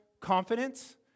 confidence